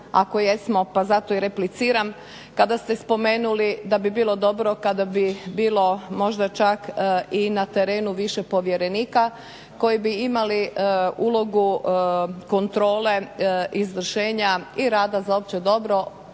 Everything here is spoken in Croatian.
ako jesmo pa zato i repliciram, kada ste spomenuli da bi bilo dobro kada bi bilo možda čak i na terenu više povjerenika koji bi imali ulogu kontrole izvršenja i rada za opće dobro